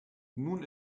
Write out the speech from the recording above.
nun